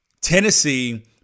Tennessee